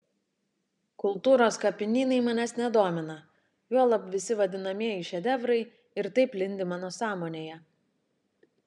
kultūros kapinynai manęs nedomina juolab visi vadinamieji šedevrai ir taip lindi mano sąmonėje